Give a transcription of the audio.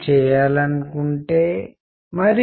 వయసు చాలా మంది వృద్ధులకు కోక్ తాగాలని ఉండదు